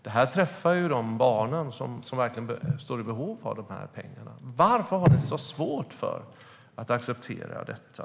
Det träffar de barn som verkligen står i behov av de pengarna. Varför har ni så svårt för att acceptera detta?